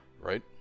right